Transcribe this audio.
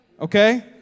Okay